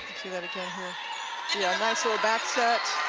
see that again here yeah nice little back set,